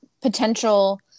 potential